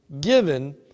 given